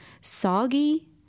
soggy